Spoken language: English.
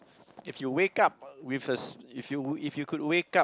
if you wake up with a s~ if you if you could wake up